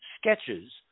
sketches